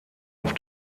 auf